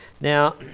Now